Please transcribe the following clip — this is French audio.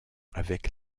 avec